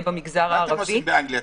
במגזר הערבי --- מה אתם עושים באנגליה,